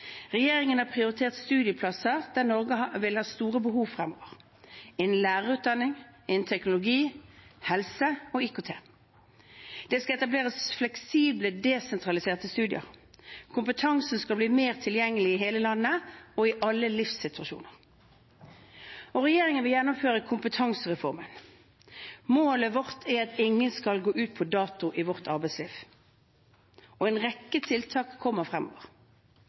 Regjeringen har prioritert studieplasser der Norge vil ha store behov fremover: innen lærerutdanning, teknologi, helse og IKT. Det skal etableres fleksible desentraliserte studier. Kompetansen skal bli mer tilgjengelig i hele landet og i alle livssituasjoner. Regjeringen vil gjennomføre kompetansereformen. Målet vårt er at ingen skal gå ut på dato i vårt arbeidsliv, og en rekke tiltak kommer fremover: